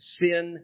sin